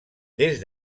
des